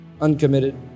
Uncommitted